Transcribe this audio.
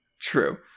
True